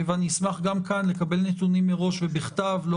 ואני אשמח גם כאן לקבל נתונים מראש ובכתב לא